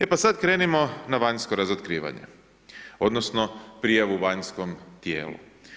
E pa sad krenimo na vanjsko razotkrivanje odnosno prijavu vanjskom tijelu.